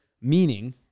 Meaning